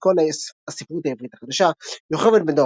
בלקסיקון הספרות העברית החדשה יוכבד בן דור,